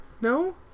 No